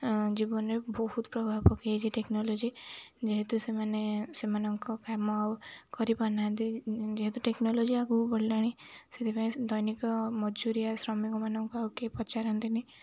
ଜୀବନରେ ବହୁତ ପ୍ରଭାବ ପକେଇଛି ଟେକ୍ନୋଲୋଜି ଯେହେତୁ ସେମାନେ ସେମାନଙ୍କ କାମ ଆଉ କରିପାରୁ ନାହାନ୍ତି ଯେହେତୁ ଟେକ୍ନୋଲୋଜି ଆଗକୁ ବଢ଼ିଲାଣି ସେଥିପାଇଁ ଦୈନିକ ମଜୁରିଆ ଶ୍ରମିକମାନଙ୍କୁ ଆଉ କେହି ପଚାରନ୍ତିନି